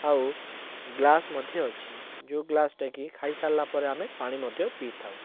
ଆଉ ଗ୍ଲାସ୍ ମଧ୍ୟ ଅଛି ଯେଉଁ ଗ୍ଲାସ୍ଟା କି ଖାଇସରିଲା ପରେ ଆମେ ପାଣି ମଧ୍ୟ ପିଇଥାଉ